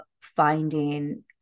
finding